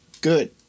good